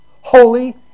holy